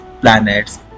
planets